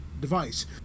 device